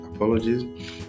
apologies